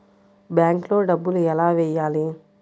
బ్యాంక్లో డబ్బులు ఎలా వెయ్యాలి?